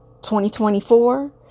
2024